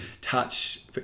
touch